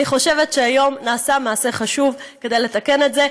אני חושבת שהיום נעשה מעשה חשוב כדי לתקן את זה,